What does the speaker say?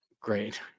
Great